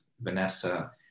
Vanessa